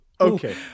Okay